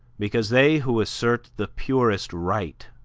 because they who assert the purest right,